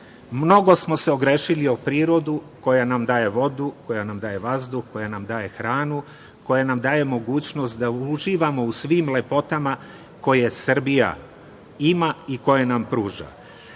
Mnogo smo se ogrešili o prirodu koja nam daje vodu, koja nam daje vazduh, koja nam daje hranu, koja nam daje mogućnost da uživamo u svim lepotama koje Srbija ima i koje nam pruža. Naša